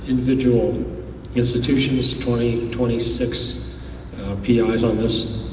individual institutions, twenty, twenty six pi's on this.